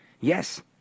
Yes